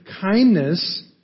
kindness